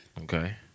Okay